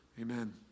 Amen